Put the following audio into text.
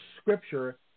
scripture